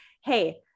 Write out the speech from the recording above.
Hey